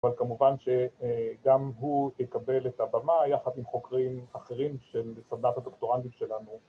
‫אבל כמובן שגם הוא יקבל את הבמה ‫יחד עם חוקרים אחרים ‫של סדנת הדוקטורנטים שלנו.